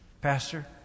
Pastor